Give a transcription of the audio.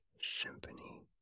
symphony